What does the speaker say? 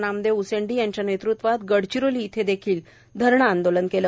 नामदेव उसेंडी यांच्या नेतृत्वात गडचिरोली येथे धरणे आंदोलन केले